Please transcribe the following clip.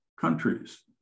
countries